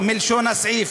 מלשון הסעיף,